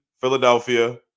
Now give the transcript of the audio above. Philadelphia